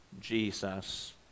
Jesus